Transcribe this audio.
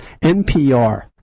NPR